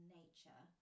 nature